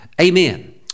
amen